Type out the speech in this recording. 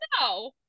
No